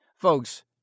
Folks